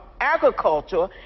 agriculture